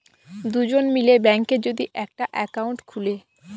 দুজন মিলে ব্যাঙ্কে যদি একটা একাউন্ট খুলে